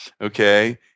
Okay